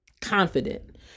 confident